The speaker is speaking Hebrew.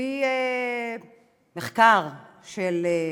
לפי מחקר של יוניסף,